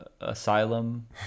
asylum